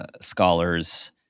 scholars